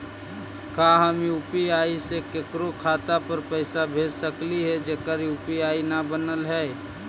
का हम यु.पी.आई से केकरो खाता पर पैसा भेज सकली हे जेकर यु.पी.आई न बनल है?